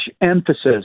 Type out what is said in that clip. emphasis